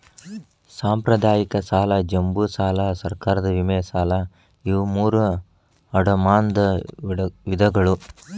ಸಾಂಪ್ರದಾಯಿಕ ಸಾಲ ಜಂಬೂ ಸಾಲಾ ಸರ್ಕಾರದ ವಿಮೆ ಸಾಲಾ ಇವು ಮೂರೂ ಅಡಮಾನದ ವಿಧಗಳು